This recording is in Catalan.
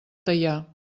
teià